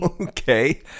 Okay